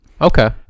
Okay